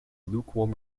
lukewarm